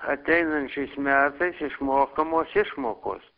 ateinančiais metais išmokamos išmokos